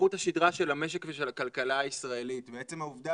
חוט השדרה של המשק ושל הכלכלה הישראלית ועצם העובדה